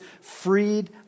freed